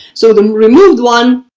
so the removed one.